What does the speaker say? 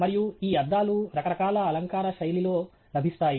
మరియు ఈ అద్దాలు రకరకాల అలంకార శైలిలో లభిస్తాయి